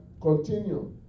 Continue